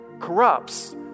corrupts